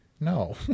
No